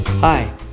Hi